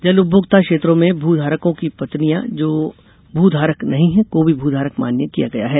जल उपमोक्ता क्षेत्रों में भू धारकों की पत्नियाँ जो भू धारक नही हैं को भी भू धारक मान्य किया गया है